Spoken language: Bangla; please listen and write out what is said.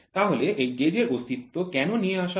তাহলে এই গেজের অস্তিত্ব কেন নিয়ে আসা হয়